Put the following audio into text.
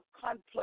complex